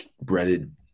breaded